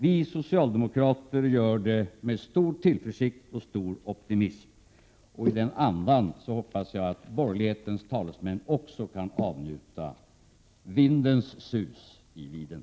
Vi socialdemokrater gör det med stor tillförsikt och stor optimism, och i den andan hoppas jag att också borgerlighetens talesmän kan avnjuta vindens sus i viden.